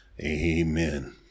Amen